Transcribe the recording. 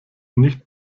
nicht